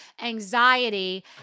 anxiety